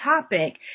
topic